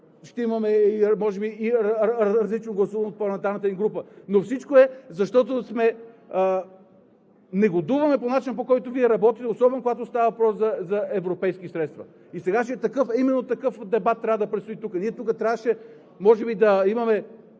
би и различно гласуване в парламентарната ни група, но всичко е, защото негодуваме по начина, по който Вие работите, особено когато става въпрос за европейски средства. И сега именно такъв дебат трябва да предстои тук. Ние тук трябваше може би да имаме